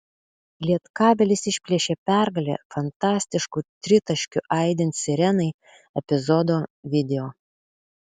lietkabelis išplėšė pergalę fantastišku tritaškiu aidint sirenai epizodo video